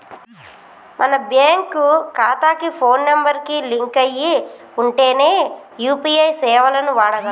మన బ్యేంకు ఖాతాకి phone number కి లింక్ అయ్యి ఉంటేనే యూ.పీ.ఐ సేవలను వాడగలం